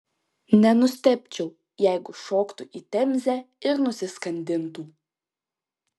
nenustebčiau jeigu šoktų į temzę ir nusiskandintų